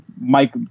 mike